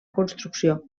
construcció